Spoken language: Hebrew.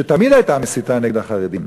שתמיד הסיתה נגד החרדים,